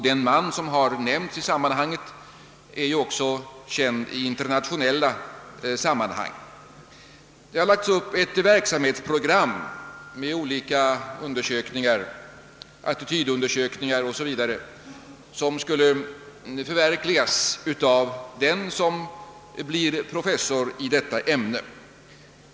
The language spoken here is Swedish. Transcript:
Den man som nämnts i sammanhanget är också känd i internationeHa kretsar. Det har lagts upp ett verksamhetsprogram med olika attitydsundersökningar o.s.v., som skulle förverkligas av den som blir professor i detta ämne.